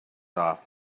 off